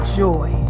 joy